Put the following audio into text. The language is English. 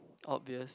obvious